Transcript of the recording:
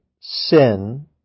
sin